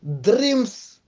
dreams